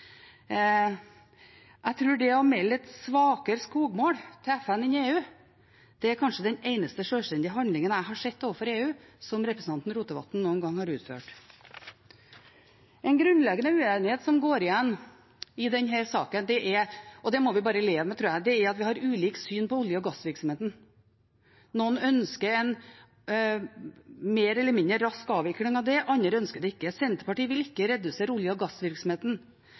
Jeg tror at det å melde et svakere skogmål til FN enn EU kanskje er den eneste sjølstendige handlingen jeg har sett representanten Rotevatn utføre overfor EU noen gang. En grunnleggende uenighet som går igjen i denne saken – og det må vi bare leve med, tror jeg – er at vi har ulike syn på olje- og gassvirksomheten. Noen ønsker en mer eller mindre rask avvikling av den, andre ønsker det ikke. Senterpartiet vil ikke redusere olje- og gassvirksomheten.